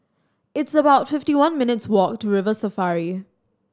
it's about fifty one minutes' walk to River Safari